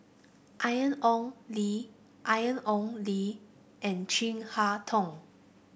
Ian Ong Li Ian Ong Li and Chin Harn Tong